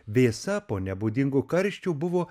vėsa po nebūdingų karščių buvo